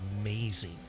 amazing